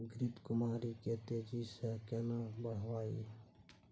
घृत कुमारी के तेजी से केना बढईये?